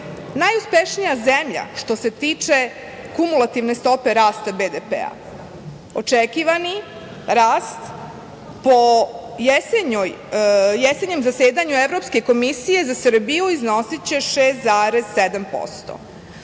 najuspešnija zemalja što se tiče kumulativne stope rasta BDP. Očekivani rast po jesenjem zasedanju Evropske komisije za Srbiju iznosiće 6,7%.